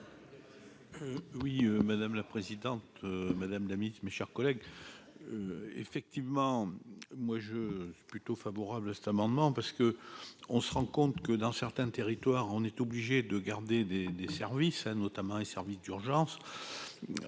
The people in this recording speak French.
Oui, madame la présidente, Madame la Ministre, mes chers collègues, effectivement, moi je suis plutôt favorable à cet amendement parce que on se rend compte que, dans certains territoires, on est obligé de garder des des services à notamment les services d'urgence